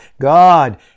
God